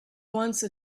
once